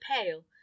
pale